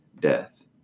death